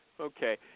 Okay